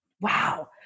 wow